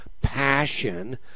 passion